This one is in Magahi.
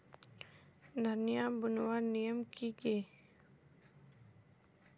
धनिया बूनवार नियम की गे?